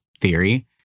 theory